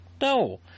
no